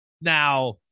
now